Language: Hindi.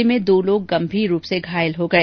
हादसे में दो लोग गंभीर रूप से घायल हो गए